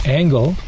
angle